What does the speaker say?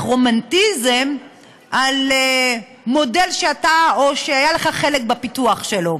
רומנטיזם על מודל שלך או שהיה לך חלק בפיתוח שלו,